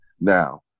Now